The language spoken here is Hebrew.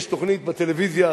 יש תוכנית בטלוויזיה,